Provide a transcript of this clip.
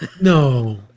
No